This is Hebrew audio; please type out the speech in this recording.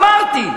אמרתי.